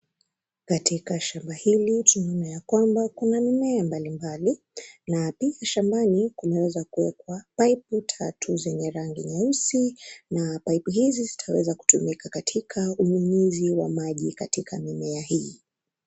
Katika shamba hili tunaona ya kwamba kuna mimea mbalimbali, na pia shambani kumeweza kuwekwa paipu tatu zenye rangi nyeusi na paipu hizi zitaweza kutumika katika unyunyizi wa maji katika mimea hii.